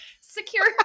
secure